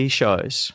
shows